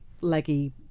leggy